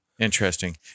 interesting